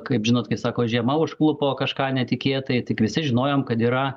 kaip žinot kai sako žiema užklupo kažką netikėtai tik visi žinojom kad yra